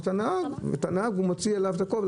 את הנהג, והוא מוציא עליו הכול.